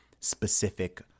specific